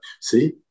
See